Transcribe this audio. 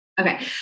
Okay